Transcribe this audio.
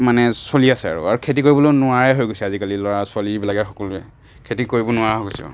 মানে চলি আছে আৰু আৰু খেতি কৰিবলৈ নোৱাৰাই হৈ গৈছে আজিকালি ল'ৰা ছোৱালী বিলাকে সকলোৱে খেতি কৰিব নোৱাৰাই হৈছে